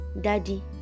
Daddy